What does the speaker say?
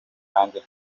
nanjye